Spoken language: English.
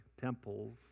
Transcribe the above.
temples